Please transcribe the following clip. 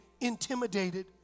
intimidated